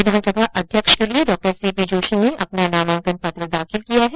विधानसभा अध्यक्ष के लिए डा सी पी जोशी ने अपना नामांकन पत्र दाखिल किया हैं